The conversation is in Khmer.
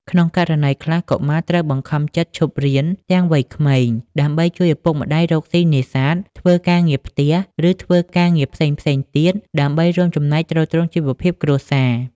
ក្នុងករណីខ្លះ កុមារត្រូវបង្ខំចិត្តឈប់រៀនទាំងវ័យក្មេងដើម្បីជួយឪពុកម្តាយរកស៊ីនេសាទ ធ្វើការងារផ្ទះ ឬធ្វើការងារផ្សេងៗទៀត ដើម្បីរួមចំណែកទ្រទ្រង់ជីវភាពគ្រួសារ។